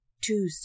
two